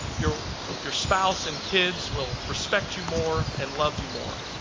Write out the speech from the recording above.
your your spouse and kids will respect you more and love you more.